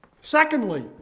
Secondly